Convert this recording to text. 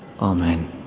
Amen